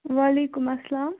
وعلیکم اسلام